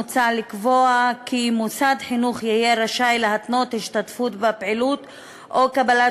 מוצע לקבוע כי מוסד חינוך יהיה רשאי להתנות השתתפות בפעילות או קבלת